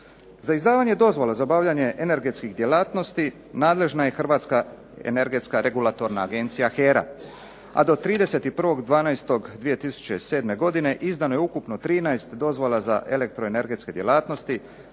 Za izdavanje dozvola za obavljanje energetskih djelatnosti nadležna je Hrvatska energetska regulatorna agencija HERA, a do 31.12.2007. izdano je ukupno 13 dozvola za elektroenergetske djelatnosti